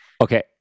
okay